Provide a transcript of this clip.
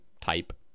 type